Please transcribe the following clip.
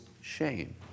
shame